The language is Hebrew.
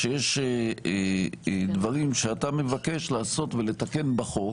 שיש דברים שאתה מבקש לעשות ולתקן בחוק,